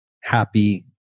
happy